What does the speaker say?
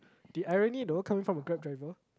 the irony though coming from a grab driver